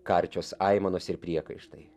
karčios aimanos ir priekaištai